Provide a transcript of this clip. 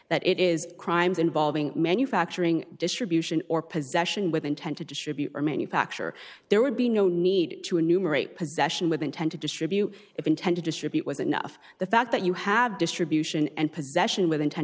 that it is crimes involving manufacturing distribution or possession with intent to distribute or manufacture there would be no need to enumerate possession with intent to distribute if intend to distribute was enough the fact that you have distribution and possession with inten